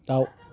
दाउ